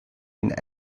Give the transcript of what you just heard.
and